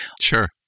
Sure